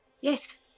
yes